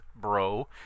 bro